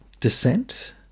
descent